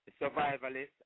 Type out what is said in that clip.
survivalist